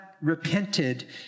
repented